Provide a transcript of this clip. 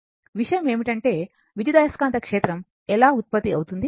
విషయం ఏమిటంటే విద్యుదయస్కాంత క్షేత్రం ఎలా ఉత్పత్తి అవుతుంది